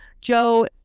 Joe